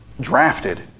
drafted